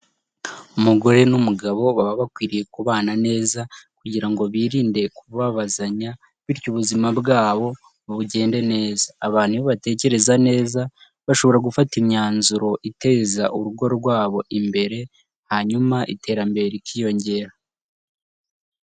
Umugore n'umugabo baba bakwiriye kubana neza kugira ngo birinde kubabazanya bityo ubuzima bwabo bugende neza, abantu iyo batekereza neza bashobora gufata imyanzuro iteza urugo rwabo imbere, hanyuma iterambere rikiyongera.